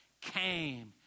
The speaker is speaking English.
came